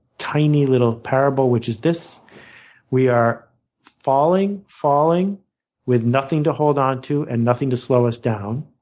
tiny little parable, which is this we are falling, falling with nothing to hold onto and nothing to slow us down.